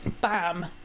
bam